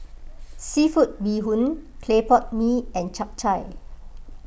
Seafood Bee Hoon Clay Pot Mee and Chap Chai